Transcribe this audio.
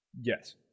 Yes